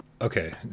okay